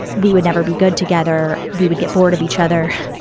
we would never be good together. we would get bored of each other.